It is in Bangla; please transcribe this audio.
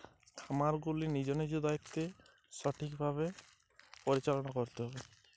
দেশের সকল কৃষি খামারে প্রতিরক্ষামূলক সেচের প্রবেশাধিকার নিশ্চিত করার উপায় কি?